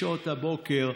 בשעות הבוקר.